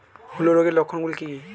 হূলো রোগের লক্ষণ গুলো কি কি?